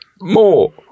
more